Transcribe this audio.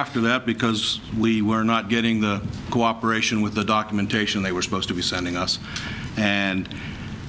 after that because we were not getting the cooperation with the documentation they were supposed to be sending us and